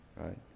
Right